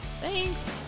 Thanks